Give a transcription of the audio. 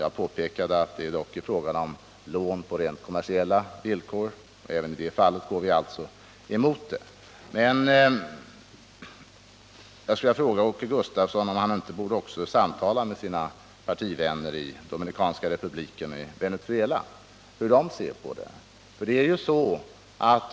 Jag påpekade att det dock är fråga om lån på rent kommersiella villkor, och även i det fallet går vi alltså emot det. Men jag skulle vilja fråga Åke Gustavsson om han inte också borde samtala med sina partivänner i Dominikanska republiken och Venezuela och fråga hur de ser på saken.